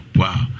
wow